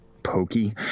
pokey